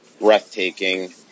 breathtaking